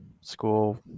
school